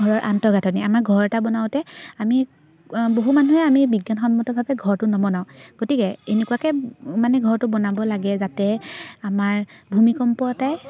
ঘৰৰ আন্তঃগাঁথনি আমাৰ ঘৰ এটা বনাওঁতে আমি বহু মানুহে আমি বিজ্ঞানসন্মতভাৱে ঘৰটো নবনাওঁ গতিকে এনেকুৱাকৈ মানে ঘৰটো বনাব লাগে যাতে আমাৰ ভূমিকম্প এটাই